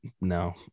no